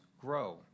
grow